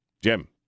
Jim